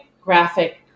graphic